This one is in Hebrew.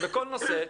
בכל נושא.